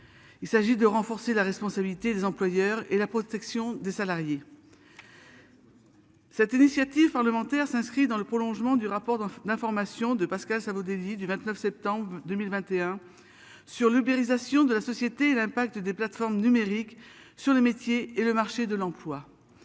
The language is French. Il s'agit de renforcer la responsabilité des employeurs et la protection des salariés. Cette initiative parlementaire s'inscrit dans le prolongement du rapport d'information de Pascal ça vous du 29 septembre 2021. Sur l'ubérisation de la société et l'impact des plateformes numériques sur les métiers et le marché de l'emploi.